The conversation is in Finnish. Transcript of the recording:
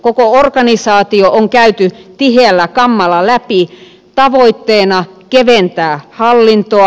koko organisaatio on käyty tiheällä kammalla läpi tavoitteena keventää hallintoa